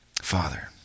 Father